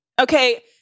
Okay